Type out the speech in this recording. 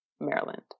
Maryland